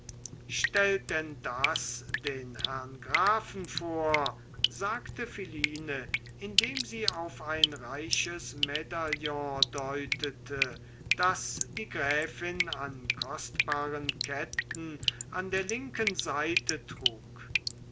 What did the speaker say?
stellt denn das den herrn grafen vor sagte philine indem sie auf ein reiches medaillon deutete das die gräfin an kostbaren ketten an der linken seite trug